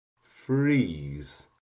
freeze